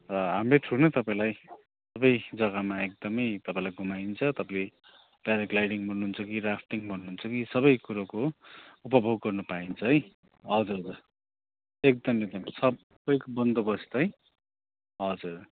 र हाम्रै थ्रू नै तपाईँलाई सबै जग्गामा एकदमै तपाईँलाई घुमाइदिन्छ तपाईँले प्याराग्लाइडिङ भन्नु हुन्छ कि राफ्टिङ भन्नुहुन्छ कि सबैकुरोको उपभोग गर्नु पाइन्छ है हजुर हजुर एकदम एकदम सबै बन्दोबस्त है हजुर